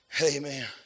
Amen